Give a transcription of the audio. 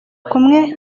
kumwe